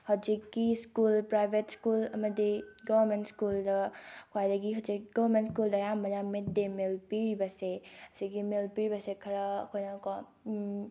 ꯍꯧꯖꯤꯛꯀꯤ school private school ꯑꯃꯗꯤ government ꯁ꯭ꯀꯨꯜꯗ ꯈ꯭ꯋꯥꯏꯗꯒꯤ ꯍꯧꯖꯤꯛ ꯒꯣꯔꯃꯦꯟ ꯁ꯭ꯀꯨꯜ ꯑꯌꯥꯝꯕꯅ ꯃꯤꯗ ꯗꯦ ꯃꯤꯜ ꯄꯤꯔꯤꯕꯁꯦ ꯑꯁꯤꯒꯤ ꯃꯤꯜ ꯄꯤꯔꯤꯕꯁꯦ ꯈꯔ ꯑꯩꯈꯣꯏꯅ ꯀꯣ